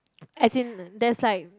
as in there's like